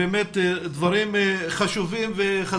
דברים חשובים וחזקים.